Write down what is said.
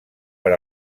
per